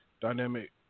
dynamic